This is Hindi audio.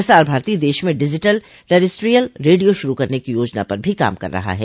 प्रसार भारती देश में डिजिटल टेरेस्ट्रीअल रेडियो शुरू करने की योजना पर भी काम कर रहा है